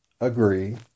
agree